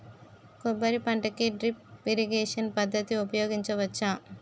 కొబ్బరి పంట కి డ్రిప్ ఇరిగేషన్ పద్ధతి ఉపయగించవచ్చా?